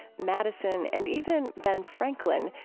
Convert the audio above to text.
madison, and even ben franklin,